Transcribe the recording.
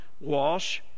Walsh